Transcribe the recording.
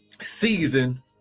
season